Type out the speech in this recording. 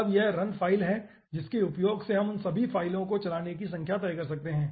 अब यह run file है जिसके उपयोग से हम उन सभी पिछली फाइलों को चलाने के लिए संख्या तय कर सकते हैं